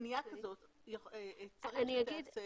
פנייה כזאת תיעשה